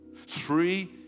Three